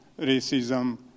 racism